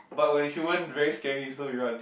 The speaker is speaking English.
but when human very scary also you want